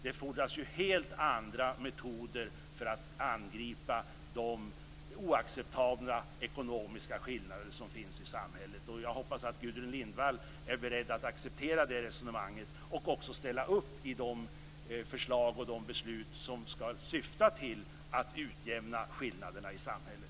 Det fordras helt andra metoder för att angripa de oacceptabla ekonomiska skillnader som finns i samhället. Och jag hoppas att Gudrun Lindvall är beredd att acceptera det resonemanget och också ställa sig bakom de förslag och beslut som skall syfta till att utjämna skillnaderna i samhället.